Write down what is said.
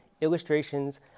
illustrations